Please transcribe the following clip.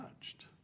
touched